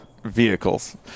vehicles